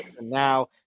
Now